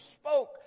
spoke